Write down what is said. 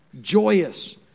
joyous